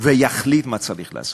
ויחליט מה צריך לעשות.